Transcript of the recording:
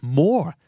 more